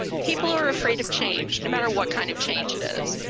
people are afraid of change, no matter what kind of change it is.